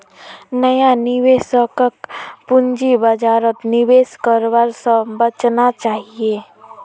नया निवेशकक पूंजी बाजारत निवेश करवा स बचना चाहिए